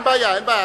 אין בעיה.